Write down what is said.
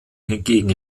hingegen